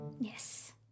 Yes